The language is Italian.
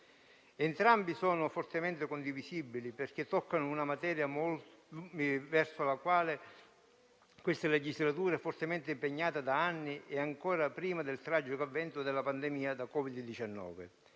Entrambe sono fortemente condivisibili, perché toccano una materia verso la quale questa legislatura è fortemente impegnata da anni e ancora prima del tragico avvento della pandemia da Covid-19.